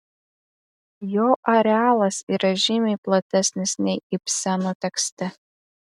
jo arealas yra žymiai platesnis nei ibseno tekste